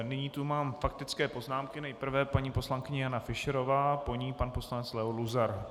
Nyní tu mám faktické poznámky nejprve paní poslankyně Jana Fischerová, po ní pan poslanec Leo Luzar.